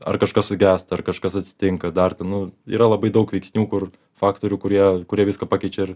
ar kažkas sugesta ar kažkas atsitinka dar ten nu yra labai daug veiksnių kur faktorių kurie kurie viską pakeičia